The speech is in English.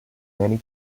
many